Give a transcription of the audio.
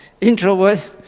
introvert